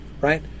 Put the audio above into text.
right